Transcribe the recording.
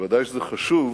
ודאי שזה חשוב